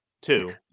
Two